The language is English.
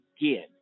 again